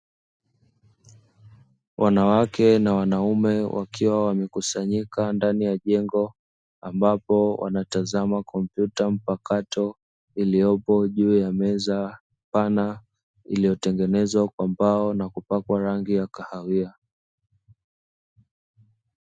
Wanawake na wanaume wakiwa wamekusanyika ndani ya jengo, ambapo wanatazama kompyuta mpakato iliyopo juu ya meza pana iliyotengenezwa kwa mbao na kupakwa rangi ya kahawia.